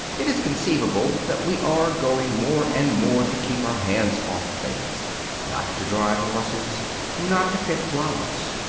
it is conceivable that we are going more and more to keep our hands off things not to drive horses not to pick flowers.